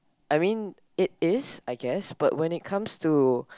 I mean it is I guess but when it comes to